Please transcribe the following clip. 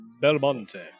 Belmonte